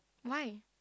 why